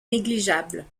négligeable